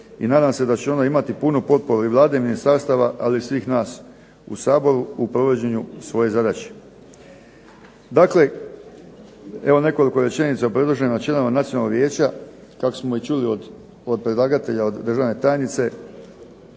i nadam se da će ono imati punu potporu i Vlade i ministarstava, ali svih nas u Saboru u provođenju svoje zadaće. Dakle, evo nekoliko rečenica o predloženim članovima Nacionalnog vijeća kako smo čuli od predlagatelja, od državne tajnice,